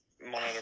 monitor